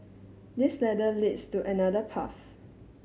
this ladder leads to another path